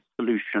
solution